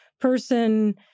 person